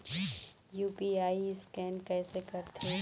UPI scan कइसे करथे?